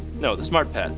no, the smartped.